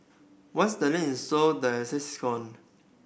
once the land is sold the assets